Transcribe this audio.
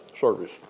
service